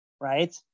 right